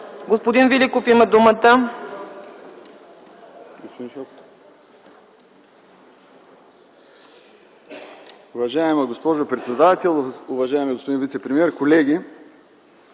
Господин Великов има думата.